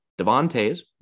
Devontae's